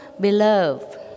Beloved